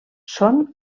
són